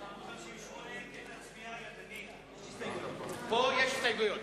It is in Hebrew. אמרתי עד עמוד 58. פה יש הסתייגויות.